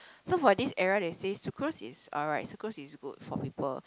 so for this era they say sucrose is alright sucrose is good for people